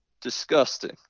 disgusting